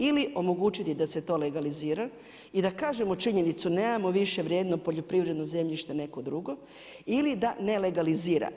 Ili omogućiti da se to legalizira i da kažemo činjenicu nemamo više vrijedno poljoprivredno zemljište neko drugo ili da ne legalizira.